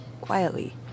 quietly